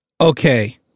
Okay